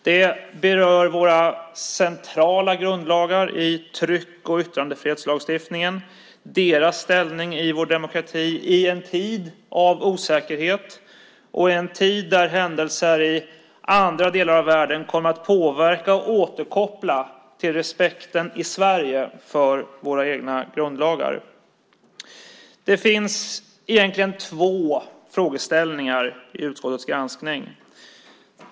Det berör våra centrala grundlagar i tryck och yttrandefrihetslagstiftningen och deras ställning i vår demokrati i en tid av osäkerhet och i en tid där händelser i andra delar av världen kommer att påverka och återkoppla till respekten i Sverige för våra egna grundlagar. Det finns egentligen två frågeställningar i utskottets granskning.